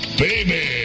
baby